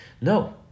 No